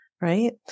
right